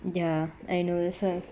ya I know that's why